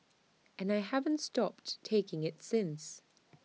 and I haven't stopped taking IT since